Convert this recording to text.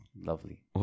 lovely